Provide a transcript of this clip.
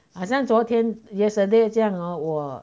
好像昨天 yesterday 这样哦我